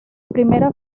primera